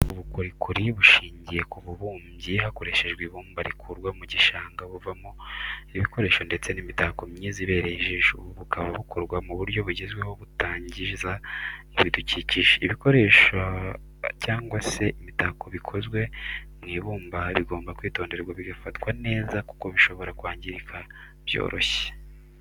Ubukorikori bushingiye ku bubumbyi hakoreshejwe ibumba rikurwa mu gishanga buvamo ibikoresho ndetse n'imitako myiza ibereye ijisho ubu bukaba bukorwa mu buryo bugezweho butangiza ibidukikije. ibikoresha cyangwa se imitako bikozwe mu ibumba bigomba kwitonderwa bigafatwa neza kuko bishobora kwangirika byoroshye.